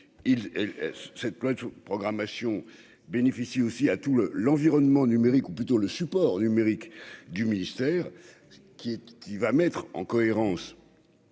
cette loi de programmation bénéficie aussi à tout le l'environnement numérique ou plutôt le support numérique du ministère qui, qui va mettre en cohérence.